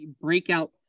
breakout